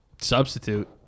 substitute